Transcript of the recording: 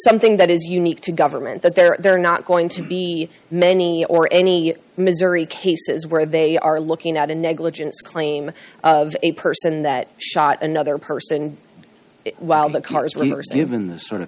something that is unique to government that there are not going to be many or any missouri cases where they are looking at a negligence claim of a person that shot another person while the cars were given the sort of